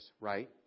right